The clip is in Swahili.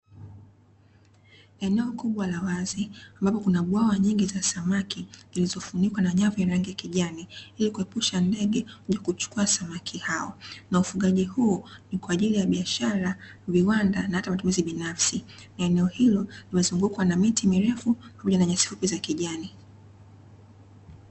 Eneo kubwa la wazi ambapo kuna bwawa nyingi za samaki zilizofunikwa na nyavu za rangi ya kijani ilikuepusha ndege kuchukua samaki hao, na ufugaji huu ni kwa ajili ya biashara, viwanda na hata matumizi binafsi. Eneo hilo limezungukwa na miti mirefu pamoja na nyasi fupi za kijani.